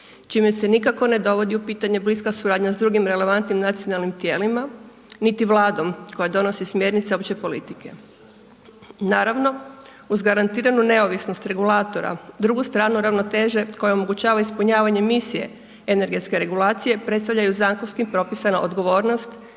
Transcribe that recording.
čime se nikako ne dovodi u pitanje bliska suradnja s drugim relevantnim nacionalnim tijelima, niti vladom, koja donosi smjernice opće politike. Naravno uz garantiranu neovisnost regulatora, drugu stranu ravnoteže, koja omogućava ispunjavanje misije energetske regulacije, predstavljaju zakonskim propisom odgovornost